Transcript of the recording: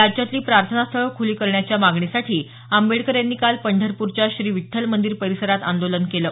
राज्यातली प्रार्थना स्थळं खुली करण्याच्या मागणीसाठी आंबेडकर यांनी काल पंढरपूरच्या श्री विठ्ठल मंदीर परिसरात आंदोलन केलं